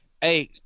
Hey